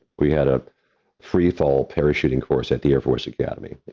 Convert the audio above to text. we had a freefall parachuting course at the air force academy.